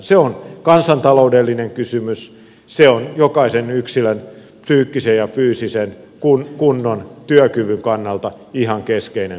se on kansantaloudellinen kysymys se on jokaisen yksilön psyykkisen ja fyysisen kunnon ja työkyvyn kannalta ihan keskeinen kysymys